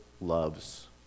loves